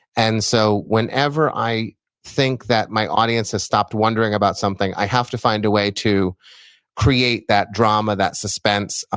and so whenever i think that my audience has stopped wondering about something, i have to find a way to create that drama, that suspense.